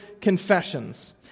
Confessions